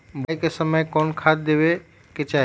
बोआई के समय कौन खाद देवे के चाही?